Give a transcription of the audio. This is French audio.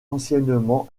anciennement